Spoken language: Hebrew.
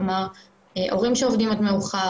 כלומר הורים שעובדים עד מאוחר,